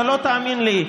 אתה לא תאמין לי,